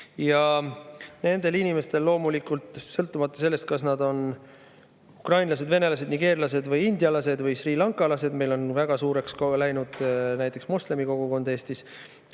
Ja nendel inimestel loomulikult – sõltumata sellest, kas nad on ukrainlased, venelased, nigeerlased, indialased või srilankalased, meil on väga suureks läinud ka moslemi kogukond –